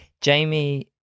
Jamie